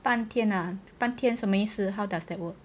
半天啊半天什么意思 how does that work